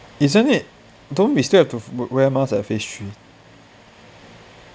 isn't it don't we still have to wear mask at phase three